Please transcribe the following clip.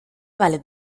ballet